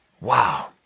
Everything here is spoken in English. Wow